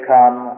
Come